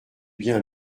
bien